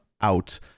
out